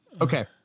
Okay